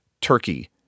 turkey